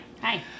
hi